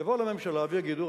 יבואו לממשלה ויגידו,